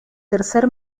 tercer